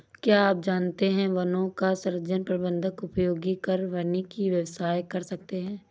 क्या आप जानते है वनों का सृजन, प्रबन्धन, उपयोग कर वानिकी व्यवसाय कर सकते है?